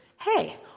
hey